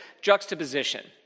juxtaposition